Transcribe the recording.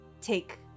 take